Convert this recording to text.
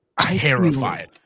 terrified